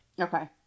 Okay